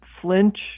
flinch